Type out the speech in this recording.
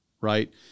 right